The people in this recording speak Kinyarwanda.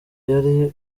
yari